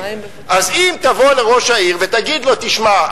אז אם תבוא לראש העיר ותגיד לו: תשמע,